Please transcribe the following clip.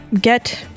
get